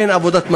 אין עבודת מטה,